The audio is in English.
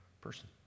person